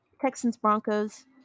Texans-Broncos